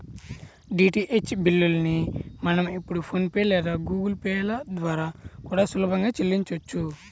DTH బిల్లుల్ని మనం ఇప్పుడు ఫోన్ పే లేదా గుగుల్ పే ల ద్వారా కూడా సులభంగా చెల్లించొచ్చు